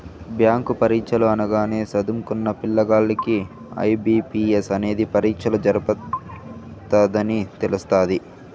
bank పరీచ్చలు అనగానే సదుంకున్న పిల్లగాల్లకి ఐ.బి.పి.ఎస్ అనేది పరీచ్చలు జరపతదని తెలస్తాది